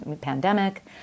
pandemic